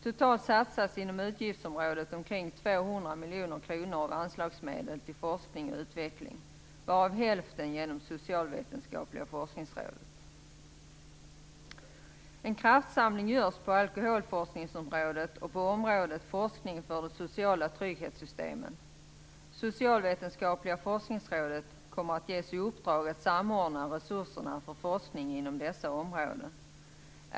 Totalt satsas inom utgiftsområdet omkring 200 En kraftsamling görs på alkoholforskningsområdet och på området forskning för de sociala trygghetssystemen. Socialvetenskapliga forskningsrådet kommet att ges i uppdrag att samordna resurserna för forskning inom dessa områden.